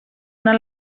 una